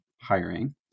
hiring